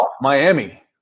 Miami